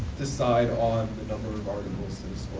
decide on the number of articles